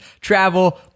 travel